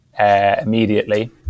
Immediately